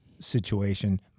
situation